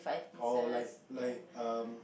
or like like um